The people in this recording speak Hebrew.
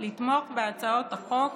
לתמוך בהצעת החוק